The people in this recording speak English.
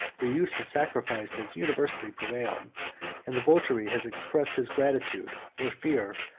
the use of sacrifice has universally prevailed and the votary has expressed his gratitude, or fear,